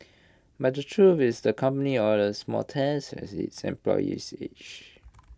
but the truth is the company orders more tests as its employees age